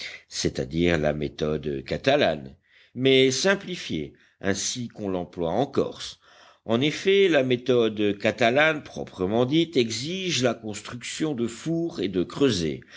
c'est-à-dire la méthode catalane mais simplifiée ainsi qu'on l'emploie en corse en effet la méthode catalane proprement dite exige la construction de fours et de creusets